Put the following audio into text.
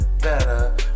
better